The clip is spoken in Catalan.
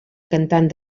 cantant